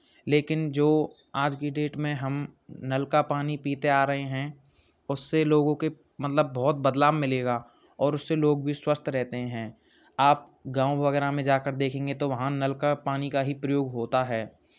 लेकिन जो आज की डेट में हम नल का पानी पीते आ रहे हैं उससे लोगों के मतलब बहुत बदलाव मिलेगा और उससे लोग भी स्वस्थ रहते हैं आप गाँव वगैरह में जा कर देखेंगे तो वहाँ नल का ही पानी का प्रयोग होता है